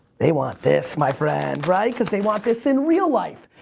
they want this, my friend, right? cause they want this in real life.